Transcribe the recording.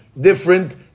different